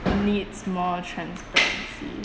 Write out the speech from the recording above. needs more transparency